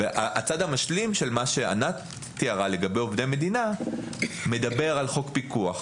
הצד המשלים של מה שענת תיארה לגבי עובדי המדינה מדבר על חוק פיקוח,